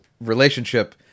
relationship